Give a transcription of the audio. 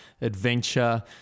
adventure